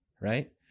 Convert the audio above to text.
Right